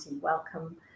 Welcome